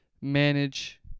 manage